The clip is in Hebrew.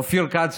אופיר כץ,